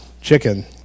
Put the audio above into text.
chicken